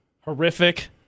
Horrific